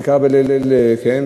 זה קרה בליל שבת.